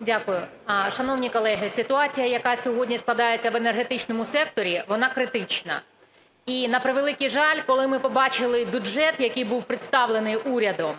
Дякую. Шановні колеги, ситуація, яка сьогодні складається в енергетичному секторі, вона критична. І на превеликий жаль, коли ми побачили бюджет, який був представлений урядом,